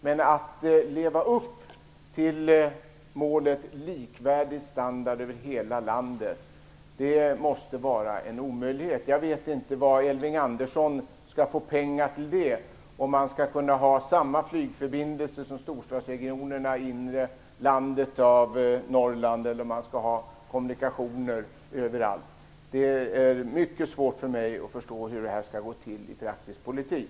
Men det är en omöjlighet att leva upp till målet likvärdig standard över hela landet. Jag vet inte var Elving Andersson skall få pengar till det, om han vill ha samma flygförbindelser i Norrlands inland som i storstadsregionerna och om han vill ha kommunikationer överallt. Det är mycket svårt för mig att förstå hur det här skall gå till i praktisk politik.